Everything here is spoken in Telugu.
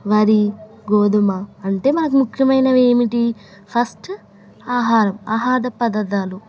వరి గోధుమ అంటే మనకు ముఖ్యమైనవి ఏమిటి ఫస్ట్ ఆహారం ఆహార పదార్థాలు